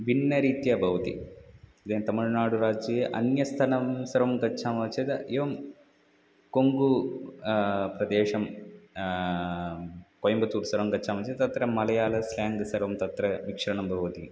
भिन्नरीत्या भवति इदानीं तमिळ्नाडुराज्ये अन्यस्थानं सर्वं गच्छामः चेत् एवं कोङ्गु प्रदेशं कोयम्बतूर् सर्वं गच्छामः चेत् तत्र मलयाल स्लेङ्ग् सर्वं तत्र मिश्रणं भवति